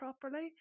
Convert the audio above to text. properly